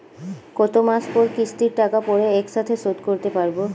কত মাস পর কিস্তির টাকা পড়ে একসাথে শোধ করতে পারবো?